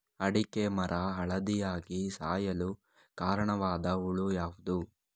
ಅಡಿಕೆ ಮರ ಹಳದಿಯಾಗಿ ಸಾಯಲು ಕಾರಣವಾದ ಹುಳು ಯಾವುದು?